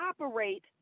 operate